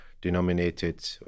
denominated